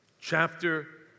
chapter